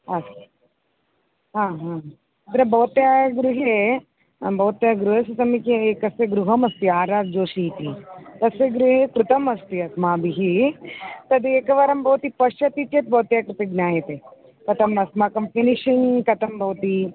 अस्तु हा हा अत्र भवत्याः गृहे भवत्याः गृहस्य समीपे एकस्य गृहमस्ति आर् आर् जोशी इति तस्य गृहं कृतम् अस्ति अस्माभिः तदेकवारं भवती पश्यति चेत् भवत्याः कृते ज्ञायते कथम् अस्माकं फिनिशिङ्ग् कथं भवति